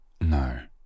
no